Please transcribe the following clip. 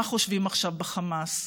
מה חושבים עכשיו בחמאס.